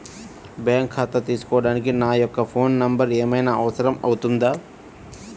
Bank ఖాతా తీసుకోవడానికి నా యొక్క ఫోన్ నెంబర్ ఏమైనా అవసరం అవుతుందా?